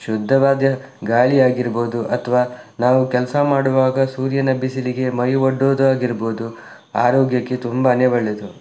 ಶುದ್ಧವಾದ ಗಾಳಿಯಾಗಿರ್ಬೋದು ಅಥವಾ ನಾವು ಕೆಲಸ ಮಾಡುವಾಗ ಸೂರ್ಯನ ಬಿಸಿಲಿಗೆ ಮೈ ಒಡ್ಡುವುದು ಆಗಿರ್ಬೋದು ಆರೋಗ್ಯಕ್ಕೆ ತುಂಬಾನೇ ಒಳ್ಳೆಯದು